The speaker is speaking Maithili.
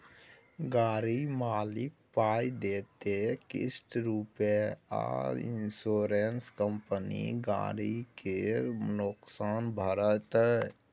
गाड़ी मालिक पाइ देतै किस्त रुपे आ इंश्योरेंस कंपनी गरी केर नोकसान भरतै